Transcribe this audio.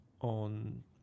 on